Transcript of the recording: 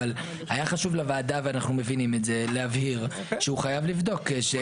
אבל היה חשוב לוועדה ואנחנו מבינים את זה להבהיר שהוא חייב לבדוק.